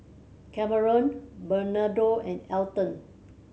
Kameron Bernardo and Elton